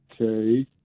Okay